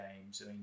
games